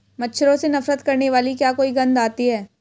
मच्छरों से नफरत करने वाली क्या कोई गंध आती है?